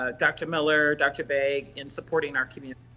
ah dr. miller, dr. baig, in supporting our community.